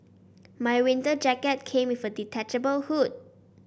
my winter jacket came with a detachable hood